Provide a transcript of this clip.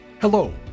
Hello